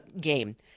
game